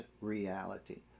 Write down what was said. reality